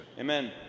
Amen